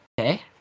Okay